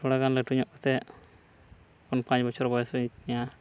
ᱛᱷᱚᱲᱟ ᱜᱟᱱ ᱞᱟᱹᱴᱩ ᱧᱚᱜ ᱠᱟᱛᱮ ᱠᱷᱚᱱ ᱯᱟᱸᱪ ᱵᱚᱪᱷᱚᱨ ᱵᱚᱭᱚᱥ ᱦᱩᱭᱮᱱ ᱛᱤᱧᱟ